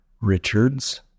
Richards